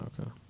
okay